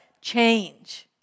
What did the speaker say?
change